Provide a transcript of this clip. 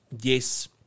yes